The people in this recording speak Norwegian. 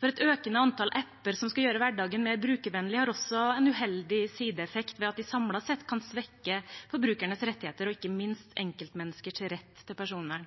for et økende antall apper som skal gjøre hverdagen mer brukervennlig, har også en uheldig sideeffekt ved at de samlet sett kan svekke forbrukernes rettigheter og ikke minst enkeltmenneskers rett til personvern.